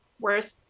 worth